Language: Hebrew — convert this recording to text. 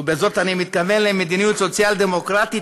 ובזאת אני מתכוון למדיניות סוציאל-דמוקרטית